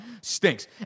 stinks